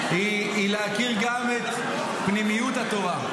היא להכיר גם את פנימיות התורה.